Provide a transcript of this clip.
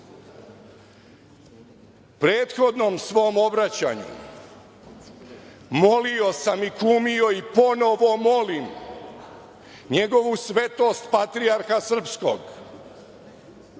moguće. Prethodnom svom obraćanju molio sam i kumio i ponovo molim Njegova svetost patrijarha srpskog